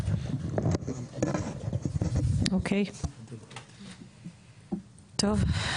אוקיי ,טוב,